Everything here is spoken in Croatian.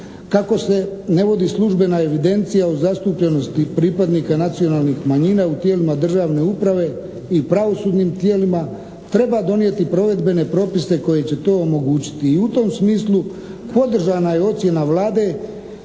kako se ne vodi službena evidencija o zastupljenosti pripadnika nacionalnih manjina u tijelima državne uprave i pravosudnim tijelima treba donijeti provedbene propise koji će to omogućiti. I u tom smislu podržana je ocjena Vlade